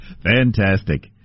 Fantastic